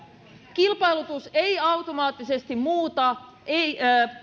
kilpailutus ei automaattisesti muuta